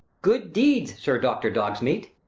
good deeds, sir, doctor dogs-meat.